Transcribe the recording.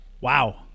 Wow